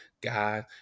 God